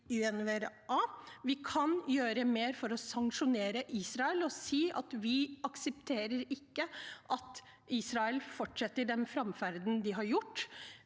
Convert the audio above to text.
Vi kan gjøre mer for å sanksjonere Israel og si at vi ikke aksepterer at Israel fortsetter den framferden de har.